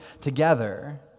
together